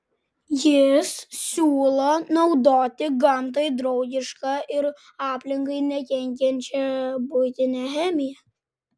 jis siūlo naudoti gamtai draugišką ir aplinkai nekenkiančią buitinę chemiją